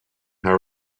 how